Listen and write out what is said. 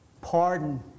pardon